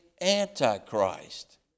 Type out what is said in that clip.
Antichrist